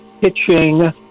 pitching